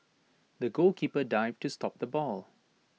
the goalkeeper dived to stop the ball